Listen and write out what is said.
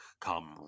come